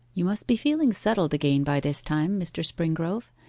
you must be feeling settled again by this time, mr. springrove,